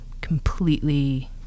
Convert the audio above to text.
completely